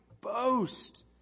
boast